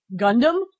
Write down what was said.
Gundam